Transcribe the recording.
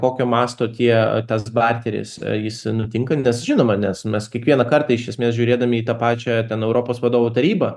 kokio masto tie tas barteris jis nu tinkantis žinoma nes nu mes kiekvieną kartą iš esmės žiūrėdami į tą pačią ten europos vadovų tarybą